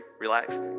relax